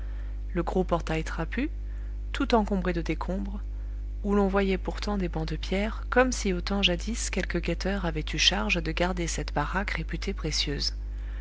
le gros portail trapu tout encombré de décombres où l'on voyait pourtant des bancs de pierre comme si au temps jadis quelque guetteur avait eu charge de garder cette baraque réputée précieuse